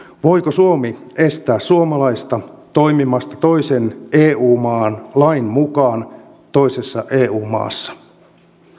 voiko suomi estää suomalaista toimimasta toisen eu maan lain mukaan toisessa eu maassa